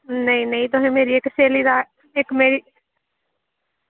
नेईं नेईं तुसें मेरी इक स्हेली दा इक मेरी